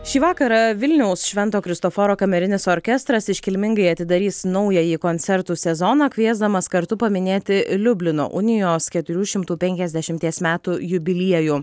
šį vakarą vilniaus švento kristoforo kamerinis orkestras iškilmingai atidarys naująjį koncertų sezoną kviesdamas kartu paminėti liublino unijos keturių šimtų penkiasdešimties metų jubiliejų